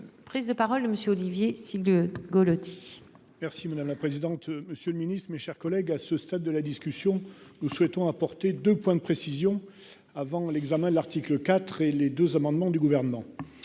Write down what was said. Prises de parole de monsieur Olivier si le de Gaulle dit. Merci madame la présidente. Monsieur le Ministre, mes chers collègues, à ce stade de la discussion, nous souhaitons apporter de point de précision avant l'examen de l'article 4 et les deux amendements du gouvernement.